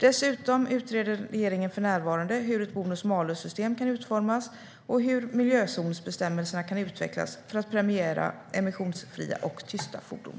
Dessutom utreder regeringen för närvarande hur ett bonus-malus-system kan utformas och hur miljözonsbestämmelserna kan utvecklas för att premiera emissionsfria och tysta fordon.